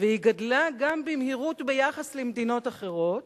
שהוא גם מהיר ביחס למדינות אחרות.